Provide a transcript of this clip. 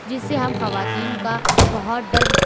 جس سے ہم خواتین کا بہت ڈر